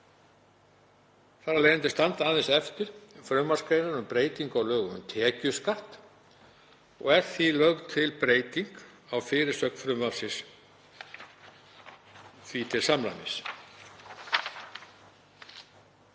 Þar af leiðandi standa aðeins eftir frumvarpsgreinar um breytingu á lögum um tekjuskatt og er því lögð til breyting á fyrirsögn frumvarpsins því til samræmis.